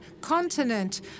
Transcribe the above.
continent